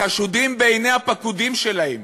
לחשודים בעיני הפקודים שלהם: